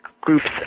groups